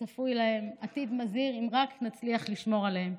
שצפוי להם עתיד מזהיר אם רק נצליח לשמור עליהם.